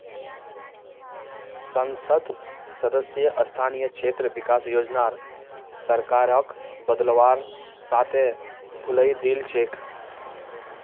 संसद सदस्य स्थानीय क्षेत्र विकास योजनार सरकारक बदलवार साथे भुलई दिल छेक